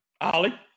Ollie